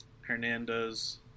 Hernandez